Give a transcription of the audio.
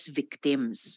victims